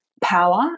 power